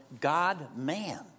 God-man